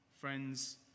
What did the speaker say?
friends